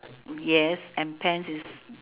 yes and pants is